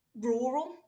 rural